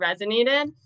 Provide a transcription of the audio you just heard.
resonated